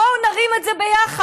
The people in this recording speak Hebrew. בואו נרים את זה ביחד.